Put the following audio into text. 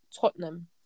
tottenham